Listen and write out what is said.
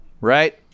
right